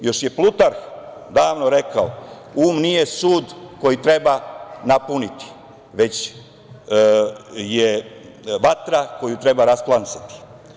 Još je Plutarh davno rekao – um nije sud koji treba napuniti, već je vatra koju treba rasplamsati.